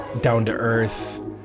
down-to-earth